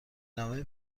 نامه